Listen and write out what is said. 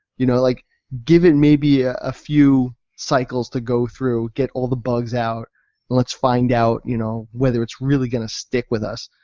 you know like give it maybe a ah few cycles to go through, get all the bugs out and let's find out you know whether it's really going to stick with us.